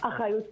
אחריות קהילתית,